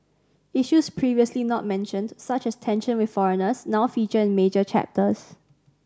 issues previously not mentioned such as tension with foreigners now feature in major chapters